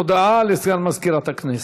הודעה לסגן מזכירת הכנסת.